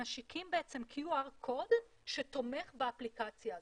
משיקים בעצם QR קוד שתומך באפליקציה הזאת.